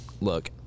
look